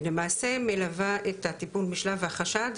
למעשה מלווה את הטיפול משלב החשד,